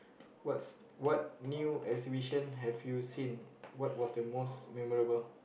what's what new exhibition have you seen what was the most memorable